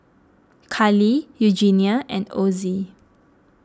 Karley Eugenia and Ozzie